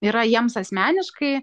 yra jiems asmeniškai